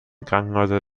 krankenhäuser